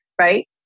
right